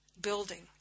building